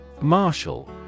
Marshall